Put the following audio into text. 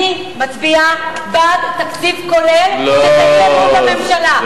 אני מצביעה בעד תקציב כולל כשזה אי-אמון בממשלה.